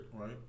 Right